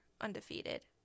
undefeated